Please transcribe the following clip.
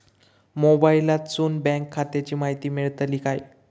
मोबाईलातसून बँक खात्याची माहिती मेळतली काय?